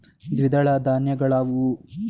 ದ್ವಿದಳ ಧಾನ್ಯಗಳಾವುವು?